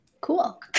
cool